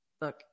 look